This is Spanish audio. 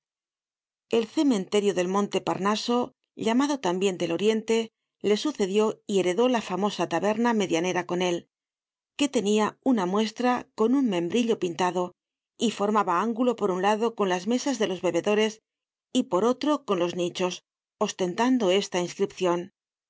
el cementerio del monte parnaso llamado tambien del oriente le sucedió y heredó la famosa taberna medianera con él que tenia una muestra con un membrillo pintado y formaba ángulo por un lado con las mesas de los bebedores y por otro con los nichos ostentando esta inscripcion